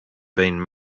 been